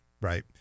right